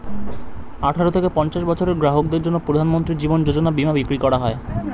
আঠারো থেকে পঞ্চাশ বছরের গ্রাহকদের জন্য প্রধানমন্ত্রী জীবন যোজনা বীমা বিক্রি করা হয়